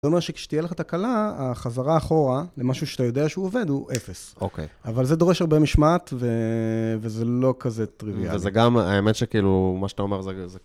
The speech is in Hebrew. זה אומר שכשתהיה לך תקלה, החזרה אחורה למשהו שאתה יודע שהוא עובד הוא אפס. אוקיי. אבל זה דורש הרבה משמעת וזה לא כזה טריוויאלי. זה גם, האמת שכאילו, מה שאתה אומר זה...